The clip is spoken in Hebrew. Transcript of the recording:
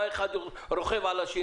למה לרכוב אחד על השני?